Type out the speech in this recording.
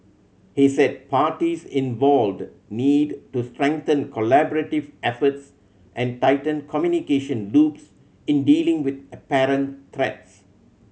he said parties involved need to strengthen collaborative efforts and tighten communication loops in dealing with apparent threats